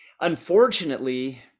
unfortunately